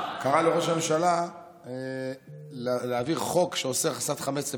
קרא לראש הממשלה להעביר חוק שאוסר הכנסת חמץ בפסח.